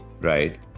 right